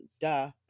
duh